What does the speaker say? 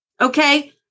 Okay